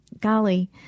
golly